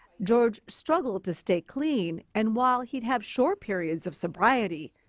george struggled to stay clean and while he'd have short periods of sobriety,